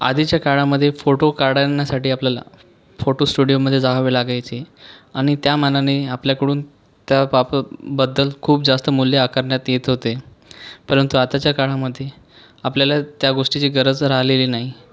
आधीच्या काळामधे फोटो काढण्यासाठी आपल्याला फोटो स्टुडिओमधे जावे लागायचे आणि त्या मानाने आपल्याकडून त्याबाब बद्दल खूप जास्त मूल्य आकारण्यात येत होते परंतु आताच्या काळामध्ये आपल्याला त्या गोष्टीची गरज राहिलेली नही